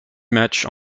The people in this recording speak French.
matchs